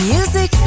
Music